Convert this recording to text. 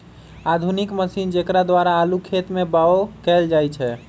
आधुनिक मशीन जेकरा द्वारा आलू खेत में बाओ कएल जाए छै